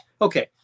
Okay